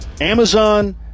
Amazon